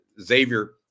xavier